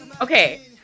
Okay